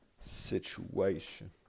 situation